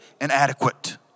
inadequate